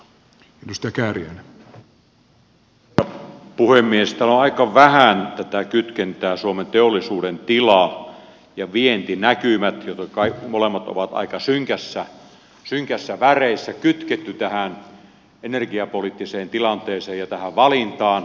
täällä on aika vähän kytketty suomen teollisuuden tilaa ja vientinäkymiä jotka molemmat ovat aika synkissä väreissä tähän energiapoliittiseen tilanteeseen ja tähän valintaan